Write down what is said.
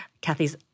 Kathy's